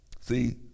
See